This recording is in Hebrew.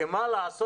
כי מה לעשות,